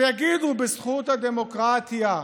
ויגידו בזכות הדמוקרטיה: